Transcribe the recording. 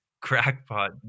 crackpot